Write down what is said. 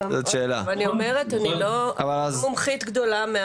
אני לא מומחית גדולה,